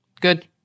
Good